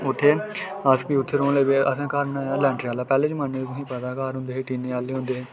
उत्थै अस भी उत्थै रौह्न लगी पे असें घर बनाए दा हा लैंटरे आह्ला पैहलें जमाने तुसें गी पता घर होंदे हे टीने आह्ले